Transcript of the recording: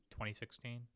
2016